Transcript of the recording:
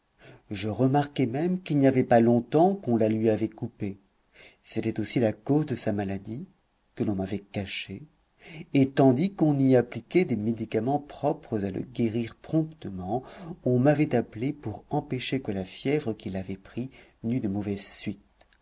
je remarquai même qu'il n'y avait pas longtemps qu'on la lui avait coupée c'était aussi la cause de sa maladie que l'on m'avait cachée et tandis qu'on y appliquait des médicaments propres à le guérir promptement on m'avait appelé pour empêcher que la fièvre qui l'avait pris n'eût de mauvaises suites